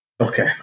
Okay